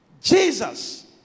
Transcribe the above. Jesus